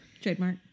Trademark